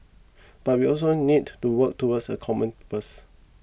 but we also need to work towards a common purpose